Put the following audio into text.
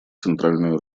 центральную